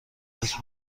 است